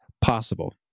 possible